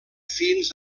fins